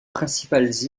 principales